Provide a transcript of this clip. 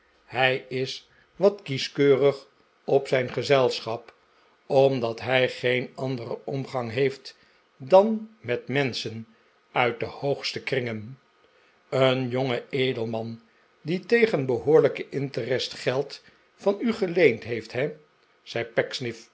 hij is wat kieskeurig op zijn gezelschap omdat hij geen anderen omgang heeft dan met menschen uit de hoogste kringen een jonge edelman die tegen behoorlijken intrest geld van u geleend heeft he zei